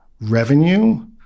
revenue